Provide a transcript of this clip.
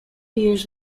years